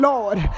Lord